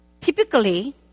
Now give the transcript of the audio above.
Typically